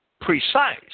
precise